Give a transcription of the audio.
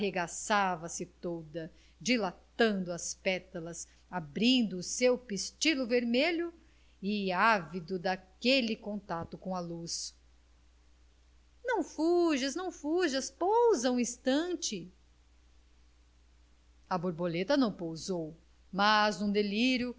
arregaçava se toda dilatando as pétalas abrindo o seu pistilo vermelho e ávido daquele contato com a luz não fujas não fujas pousa um instante a borboleta não pousou mas num delírio